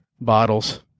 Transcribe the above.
bottles